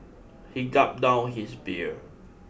he gulped down his beer